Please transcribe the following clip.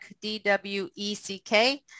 D-W-E-C-K